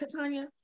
Katanya